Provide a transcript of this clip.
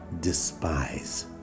despise